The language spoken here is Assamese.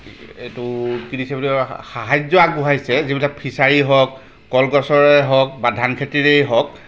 এইটো কি দিছে বুলি কয় সাহায্য আগবঢ়াইছে যিবিলাক ফিছাৰি হওক কলগছৰে হওক বা ধান খেতিৰেই হওক